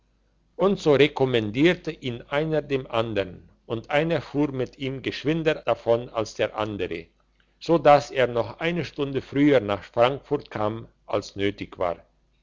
und so rekommandierte ihn einer dem andern und einer fuhr mit ihm geschwinder davon als der andere so dass er noch eine stunde früher nach frankfurt kam als nötig war